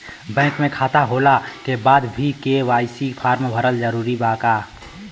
Bank में खाता होला के बाद भी के.वाइ.सी फार्म भरल जरूरी बा का?